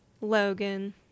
Logan